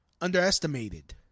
underestimated